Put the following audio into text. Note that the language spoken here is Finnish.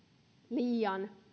liian